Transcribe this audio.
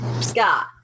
Scott